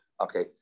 Okay